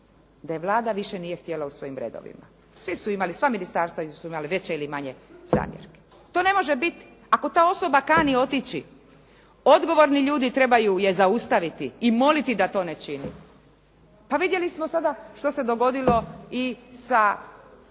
da je Vlada više nije htjela u svojim redovima. Svi su imali, sva ministarstva su imali veće ili manje zamjerke. To ne može biti. Ako ta osoba kani otići, odgovorni ljudi trebaju je zaustaviti i moliti da to ne čini. Pa vidjeli smo sada što se dogodilo i sa